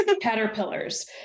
Caterpillars